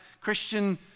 Christian